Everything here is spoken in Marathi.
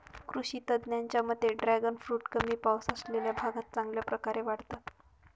कृषी तज्ज्ञांच्या मते ड्रॅगन फ्रूट कमी पाऊस असलेल्या भागात चांगल्या प्रकारे वाढतात